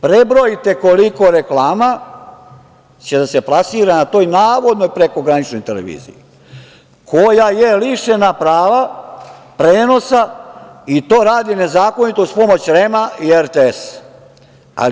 Prebrojte koliko reklama će da se plasira na toj navodnoj prekograničnoj televiziji koja je lišena prava prenosa i to radi nezakonito uz pomoć REM-a i RTS-a.